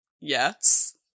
yes